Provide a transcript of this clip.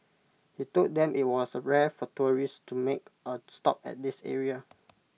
he told them IT was rare for tourists to make A stop at this area